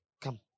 Come